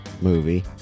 movie